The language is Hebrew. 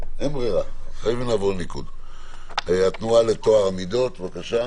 פולישוק, התנועה לטוהר המידות, בבקשה.